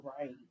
right